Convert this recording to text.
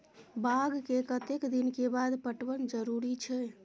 बाग के कतेक दिन के बाद पटवन जरूरी छै?